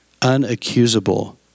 unaccusable